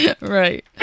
Right